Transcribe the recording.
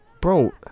Bro